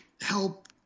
help